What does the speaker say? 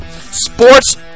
sports